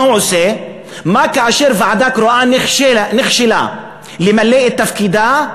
מה כאשר ועדה קרואה נכשלה במילוי תפקידה,